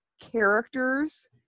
characters